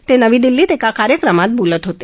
ते नवी दिल्लीत एका कार्यक्रमात बोलत होते